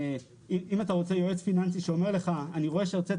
אם אתה רוצה יועץ פיננסי שאומר לך שהוא רואה שהוצאת